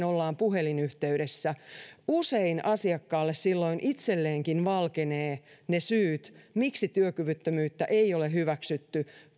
ollaan puhelinyhteydessä niin usein asiakkaalle silloin itselleenkin valkenevat ne syyt miksi työkyvyttömyyttä ei ole hyväksytty